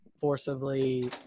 forcibly